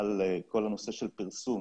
על כל הנושא של פרסום